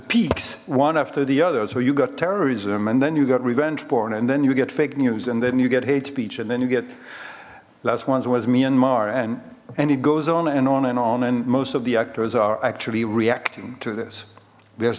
peaks one after the other so you got terrorism and then you got revenge porn and then you get fake news and then you get hate speech and then you get last ones was myanmar and and it goes on and on and on and most of the actors are actually reacting to this there's